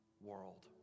world